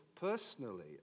personally